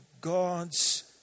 God's